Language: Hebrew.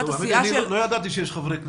לא ידעתי שיש חברי כנסת.